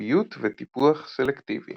ביות וטיפוח סלקטיבי